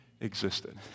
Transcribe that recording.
existed